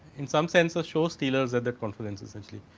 in some senses are shows dealers that that confidence essentially.